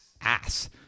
ass